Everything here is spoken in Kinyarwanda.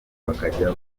bakajya